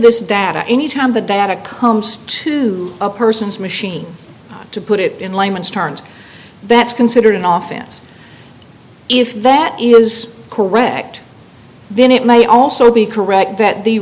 this data any time the data comes to a person's machine to put it in layman's terms that's considered off and if that is correct then it may also be correct that the